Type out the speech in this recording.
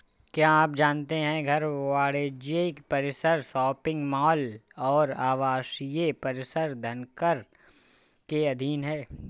क्या आप जानते है घर, वाणिज्यिक परिसर, शॉपिंग मॉल और आवासीय परिसर धनकर के अधीन हैं?